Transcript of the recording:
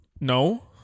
No